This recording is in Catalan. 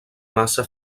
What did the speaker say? maça